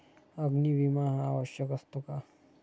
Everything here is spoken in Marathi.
अग्नी विमा हा आवश्यक असतो का?